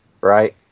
Right